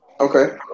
Okay